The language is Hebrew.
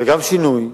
וגם שינוי,